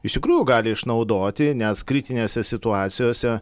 iš tikrųjų gali išnaudoti nes kritinėse situacijose